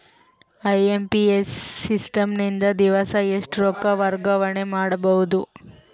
IMPS system ನಿಂದ ದಿವಸಾ ಎಷ್ಟ ರೊಕ್ಕ ವರ್ಗಾವಣೆ ಮಾಡಬಹುದು?